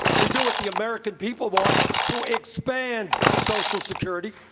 we do what the american people want, to expand social security